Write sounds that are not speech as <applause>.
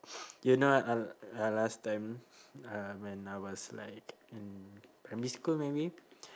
<noise> do you know uh uh last time uh when I was like in primary school maybe